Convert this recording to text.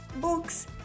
books